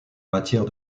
matière